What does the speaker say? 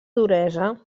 duresa